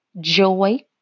joy